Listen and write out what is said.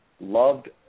Loved